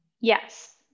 Yes